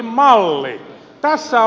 tässä oli kuvaus